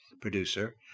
producer